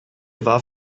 war